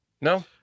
No